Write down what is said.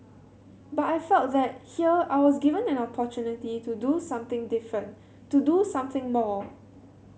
but I felt that here I was given an opportunity to do something different to do something more